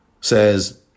says